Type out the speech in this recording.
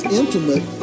intimate